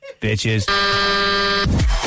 bitches